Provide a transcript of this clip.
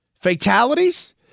Fatalities